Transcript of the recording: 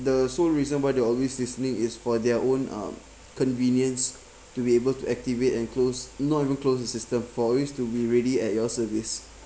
the sole reason why they're always listening is for their own uh convenience to be able to activate and close not even close the system for always to be ready at your service